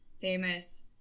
famous